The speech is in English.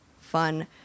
fun